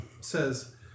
says